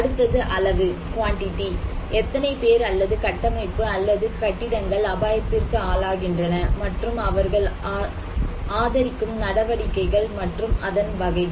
அடுத்தது அளவு எத்தனை பேர் அல்லது கட்டமைப்பு அல்லது கட்டிடங்கள் அபாயத்திற்கு ஆளாகின்றன மற்றும் அவர்கள் ஆதரிக்கும் நடவடிக்கைகள் மற்றும் அதன் வகைகள்